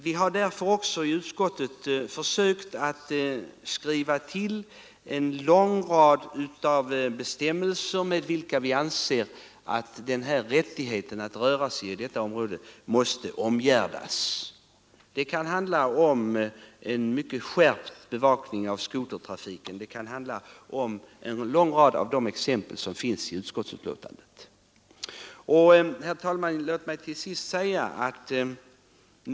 Vi har därför i utskottet nämnt en lång rad bestämmelser med vilka vi anser att rättigheten att röra sig i detta område måste omgärdas. Det kan handla om en skärpt bevakning av skotertrafiken, det kan handla om en lång rad andra åtgärder som exemplifieras i betänkandet.